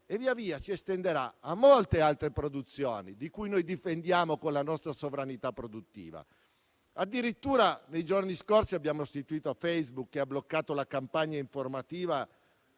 e via via si estenderà a molte altre produzioni, che difendiamo con la nostra sovranità produttiva. Addirittura nei giorni scorsi abbiamo assistito a Facebook che ha bloccato la campagna informativa